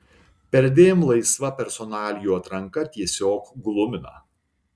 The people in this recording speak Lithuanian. perdėm laisva personalijų atranka tiesiog glumina